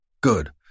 Good